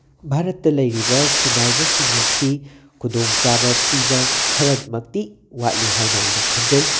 ꯚꯥꯔꯠꯇ ꯂꯩꯔꯤꯕ ꯁꯤꯟꯅꯥꯏꯕꯁꯤꯡ ꯑꯁꯤ ꯈꯨꯗꯣꯡ ꯆꯥꯕ ꯄꯤꯕ ꯈꯔꯃꯛꯇꯤ ꯋꯥꯠꯂꯤ ꯍꯥꯏꯅ ꯑꯩꯅ ꯈꯟꯖꯩ ꯃꯔꯝꯗꯤ